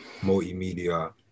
multimedia